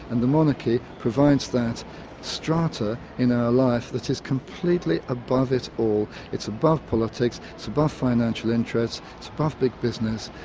and the monarchy provides that strata in our life that is completely above it all. it's above politics, it's above financial interest, it's above big business,